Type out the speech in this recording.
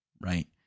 right